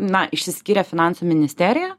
na išsiskyrė finansų ministerija